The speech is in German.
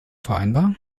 vereinbar